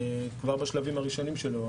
כבר בשלבים הראשונים שלו,